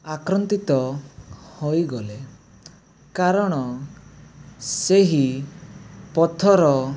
ଆକ୍ରାନ୍ତିତ ହୋଇଗଲେ କାରଣ ସେହି ପଥର